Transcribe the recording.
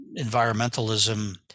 environmentalism